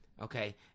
okay